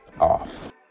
off